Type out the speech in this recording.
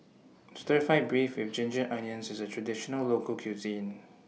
Stir Fried Beef with Ginger Onions IS A Traditional Local Cuisine